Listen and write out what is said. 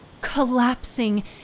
Collapsing